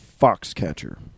Foxcatcher